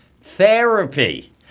Therapy